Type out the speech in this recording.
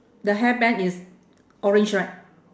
the hairband is orange right